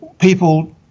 people